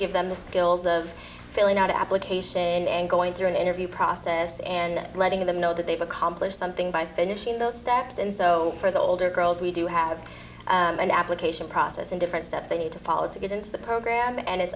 give them the skills of filling out applications and going through an interview process and letting them know that they've accomplished something by finishing those steps and so for the older girls we do have an application process and different steps they need to follow to get into the program and it's